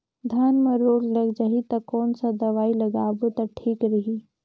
धान म रोग लग जाही ता कोन सा दवाई लगाबो ता ठीक रही?